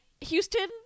Houston